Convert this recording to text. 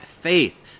faith